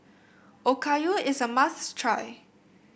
okayu is a must try